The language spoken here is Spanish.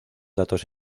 datos